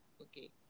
okay